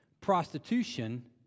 Prostitution